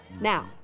now